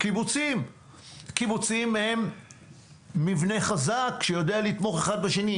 קיבוצים הם מבנה חזק שיודע לתמוך אחד בשני,